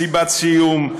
מסיבת סיום,